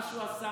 מה שהוא עשה?